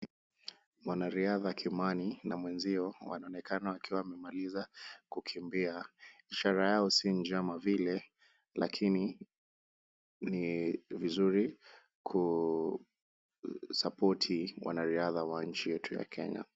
Mwanariadha Kimani na mwenzio wanaonekana wakiwa wamemaliza kukimbia ishara yao si njema vile lakini ni vizuri kusapoti wanariadha wa nchi yetu ya Kenya.